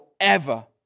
forever